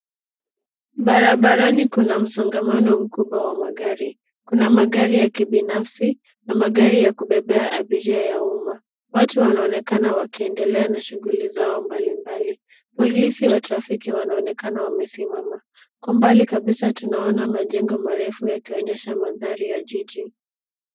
Barabarani kuna msongamano mkubwa wa magari. Kuna magari ya kibinafsi na magari ya kubebea abiria ya umma. Watu wanaonekana wakiendelea na shughuli zao mbalimbali. Polisi wa trafiki wanaonekana wamesimama. Kwa mbali kabisa tunaona majengo marefu yakionyesha mandhari ya jiji.